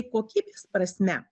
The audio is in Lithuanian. kokybės prasme